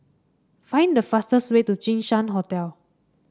find the fastest way to Jinshan Hotel